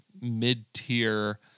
mid-tier